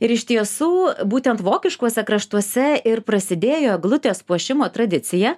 ir iš tiesų būtent vokiškuose kraštuose ir prasidėjo eglutės puošimo tradicija